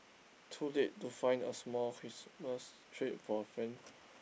too late to find a small Christmas treat for a friend